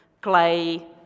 clay